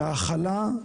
וההכלה.